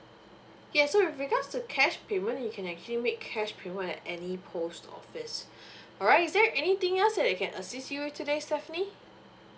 yes so with regards to cash payment you can actually make cash payment at any post office alright is there anything else that I can assist you with today stephanie